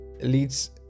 leads